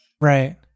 Right